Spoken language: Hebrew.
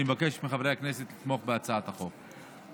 אני מבקש מחברי הכנסת לתמוך בהצעת החוק.